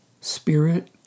Spirit